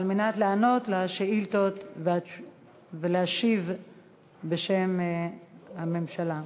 על מנת לענות על שאילתות ולהשיב בשם הממשלה,